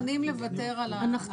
אנחנו מוכנים לוותר על המאגר הזה.